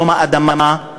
יום האדמה,